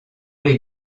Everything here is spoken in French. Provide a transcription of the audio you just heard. les